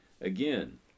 again